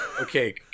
Okay